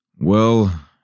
Well